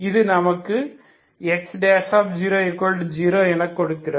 இது நமக்கு X00 எனக் கொடுக்கிறது